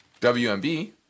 WMB